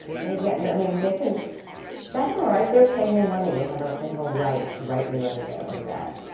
they get, i mean, they can that's all right. they're paying their money. they have ah they have a right to write me letters like that,